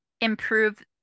improve